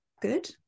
good